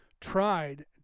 tried